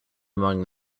among